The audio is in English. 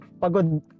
Pagod